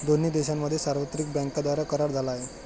दोन्ही देशांमध्ये सार्वत्रिक बँकांद्वारे करार झाला आहे